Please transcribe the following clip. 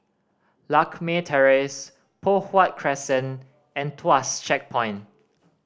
Lakme Terrace Poh Huat Crescent and Tuas Checkpoint